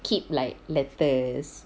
keep like letters